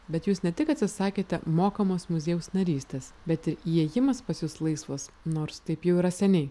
bet jūs ne tik atsisakėte mokamos muziejaus narystės bet ir įėjimas pas jus laisvas nors taip jau yra seniai